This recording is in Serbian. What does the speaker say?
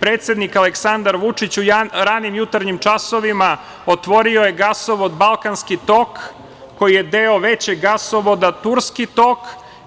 Predsednik Aleksandar Vučić, 1. januara 2021. godine u ranim jutarnjim časovima otvorio je gasovod Balkanski tok, koji je deo većeg gasovoda Turski tok